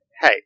Hey